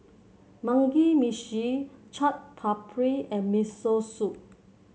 Mugi Meshi Chaat Papri and Miso Soup